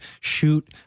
shoot